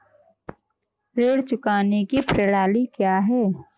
ऋण चुकाने की प्रणाली क्या है?